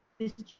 mr.